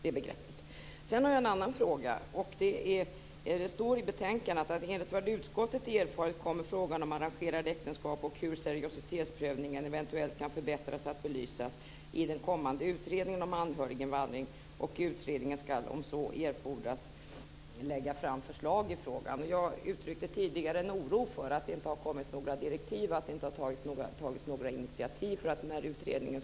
I betänkandet framgår att enligt vad utskottet har erfarit kommer frågan om arrangerade äktenskap och hur seriositetsprövningen eventuellt kan förbättras att belysas i den kommande utredningen om anhöriginvandring, och utredningen ska om så erfordras lägga fram förslag i frågan. Jag uttryckte tidigare en oro för att det inte har kommit några direktiv och att det inte har tagits några initiativ för att tillsätta utredningen.